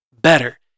better